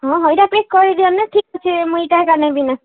ହଁ ହଁ ଏଇଟା ପ୍ୟାକ୍ କରିଦିଅନା ଠିକ୍ ମୁଇଁ ଏଇଟା ଏକା ନେବି ନା